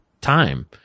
time